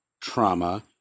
trauma